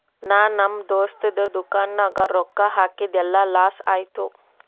ನಾ ನಮ್ ದೋಸ್ತದು ದುಕಾನ್ ನಾಗ್ ರೊಕ್ಕಾ ಹಾಕಿದ್ ಎಲ್ಲಾ ಲಾಸ್ ಆಯ್ತು